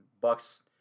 Bucks